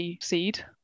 seed